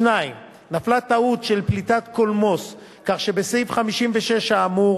2. נפלה טעות של פליטת קולמוס כך שבסעיף 56 האמור